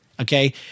Okay